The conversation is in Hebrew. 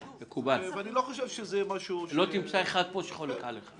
מקובל, לא תמצא אחד פה שחולק עליך.